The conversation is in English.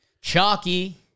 Chalky